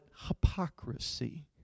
hypocrisy